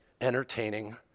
entertaining